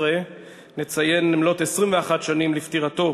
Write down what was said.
13 בפברואר 2013. אני מתכבד לפתוח את ישיבת הכנסת.